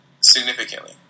significantly